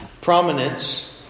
prominence